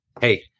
hey